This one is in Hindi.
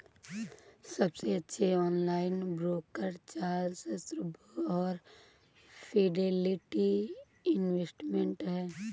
सबसे अच्छे ऑनलाइन ब्रोकर चार्ल्स श्वाब और फिडेलिटी इन्वेस्टमेंट हैं